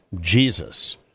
Jesus